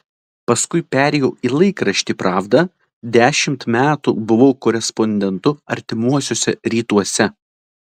paskui perėjau į laikraštį pravda dešimt metų buvau korespondentu artimuosiuose rytuose